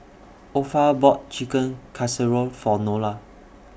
Opha bought Chicken Casserole For Nola